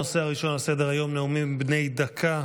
הנושא הראשון על סדר-היום, נאומים בני דקה.